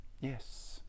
Yes